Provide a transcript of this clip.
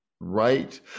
right